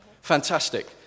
Fantastic